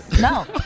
no